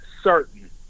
certain